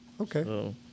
Okay